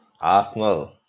Arsenal